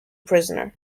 prisoner